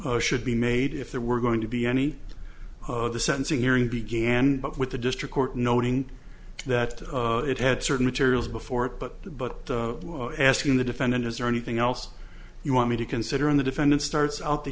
should be made if there were going to be any of the sentencing hearing began but with the district court noting that it had certain materials before it but but asking the defendant is there anything else you want me to consider on the defendant starts out the